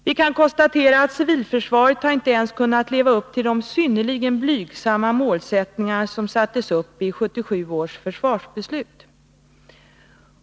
Det kan konstateras att civilförsvaret inte ens har kunnat leva upp till de synnerligen blygsamma mål som sattes upp i 1977 års försvarsbeslut.